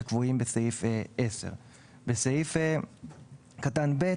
שקבועים בסעיף 10. בסעיף קטן (ב),